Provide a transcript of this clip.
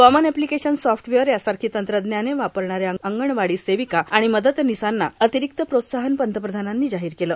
common application software यासारखी तंत्रज्ञाने वापरणाऱ्या अंगणवाडी सेविका आणि मदतनिसांना अतिरिक्त प्रोत्साहन पंतप्रधानांनी जाहीर केलं